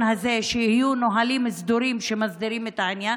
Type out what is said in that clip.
הזה שיהיו נהלים סדורים שמסדירים את העניין.